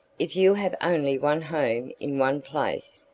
if you have only one home in one place,